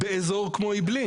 אעבלין.